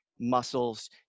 muscles